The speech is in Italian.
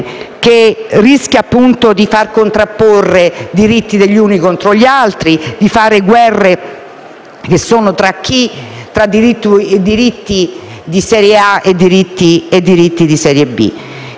che rischia di contrapporre diritti degli uni contro gli altri, di fare guerre tra diritti di serie A e diritti di serie B.